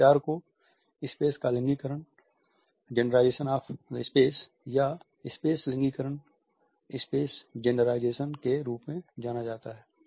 इस विचार को स्पेस का लिंगीकरण के के रूप में जाना जाता है